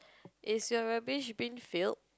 is your rubbish bin filled